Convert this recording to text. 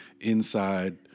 inside